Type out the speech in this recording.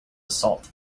assault